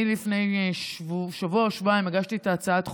לפני שבוע או שבועיים הגשתי את הצעת החוק,